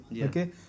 okay